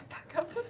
backup.